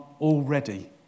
already